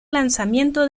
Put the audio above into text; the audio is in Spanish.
lanzamiento